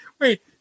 Wait